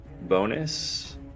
bonus